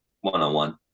one-on-one